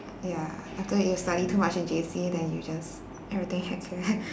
ya after you study too much in J_C then you just everything heck care